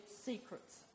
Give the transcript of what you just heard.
secrets